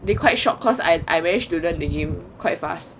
they quite shocked cause I I managed to learn the game quite fast